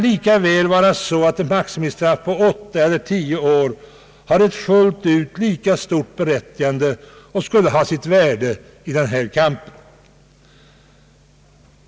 Ett maximistraff på åtta eller tio år kan ha lika stort berättigande och skulle vara av värde när det gäller dessa problem.